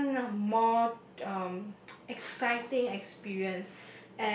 even a more um exciting experience